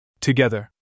Together